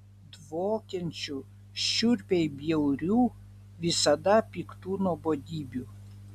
dvokiančių šiurpiai bjaurių visada piktų nuobodybių